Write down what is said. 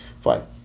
Fine